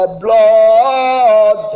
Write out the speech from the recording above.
blood